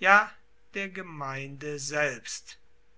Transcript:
ja der gemeinde selbst